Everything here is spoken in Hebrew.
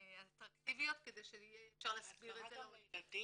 יותר אטרקטיביות כדי שיהיה אפשר להסביר את זה לעולים.